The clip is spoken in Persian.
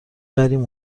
بریم